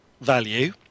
value